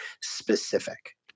specific